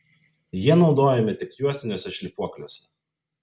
jie naudojami tik juostiniuose šlifuokliuose